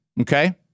okay